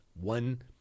one